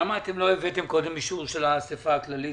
למה לא הבאתם קודם אישור של האסיפה הכללית,